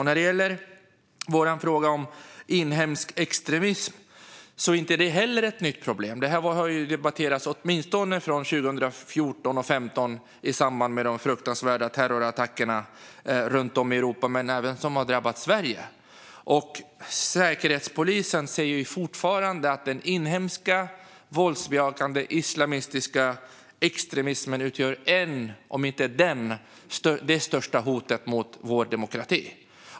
När det gäller vår fråga om inhemsk extremism är inte det heller ett nytt problem; det har ju debatterats åtminstone sedan 2014 eller 2015 och de fruktansvärda terrorattacker runt om i Europa som har drabbat även Sverige. Säkerhetspolisen säger fortfarande att den inhemska våldsbejakande islamistiska extremismen utgör ett av de största hoten, om inte det största hotet, mot vår demokrati.